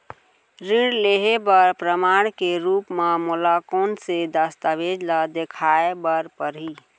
ऋण लिहे बर प्रमाण के रूप मा मोला कोन से दस्तावेज ला देखाय बर परही?